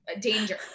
danger